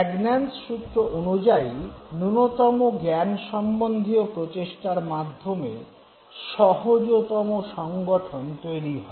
প্র্যাগন্যানজ সূত্র অনুযায়ী ন্যূনতম জ্ঞানসম্বন্ধীয় প্রচেষ্টার মাধ্যমে সহজতম সংগঠন তৈরি হয়